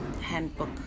handbook